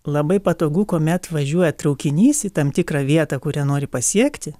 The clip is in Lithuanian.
labai patogu kuomet važiuoja traukinys į tam tikrą vietą kurią nori pasiekti